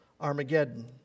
Armageddon